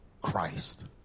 Christ